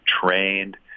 trained